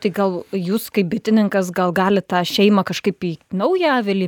tai gal jūs kaip bitininkas gal galit tą šeimą kažkaip į naują avilį